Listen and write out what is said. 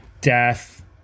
Death